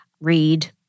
read